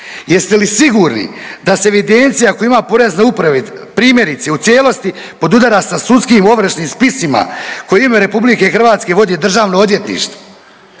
Jeste li sigurni da se evidencija koju ima Porezna uprava primjerice u cijelosti podudara su sudskim ovršnim spisima koje u ime RH vodi Državno odvjetništvo.